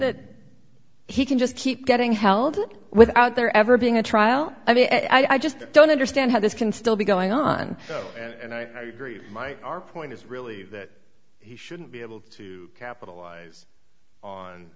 that he can just keep getting held without there ever being a trial i mean i just don't understand how this can still be going on and i agree my our point is really that he shouldn't be able to capitalize on